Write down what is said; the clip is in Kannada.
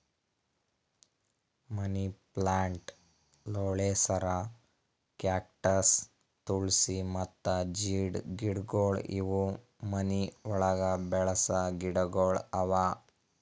ಮನಿ ಪ್ಲಾಂಟ್, ಲೋಳೆಸರ, ಕ್ಯಾಕ್ಟಸ್, ತುಳ್ಸಿ ಮತ್ತ ಜೀಡ್ ಗಿಡಗೊಳ್ ಇವು ಮನಿ ಒಳಗ್ ಬೆಳಸ ಗಿಡಗೊಳ್ ಅವಾ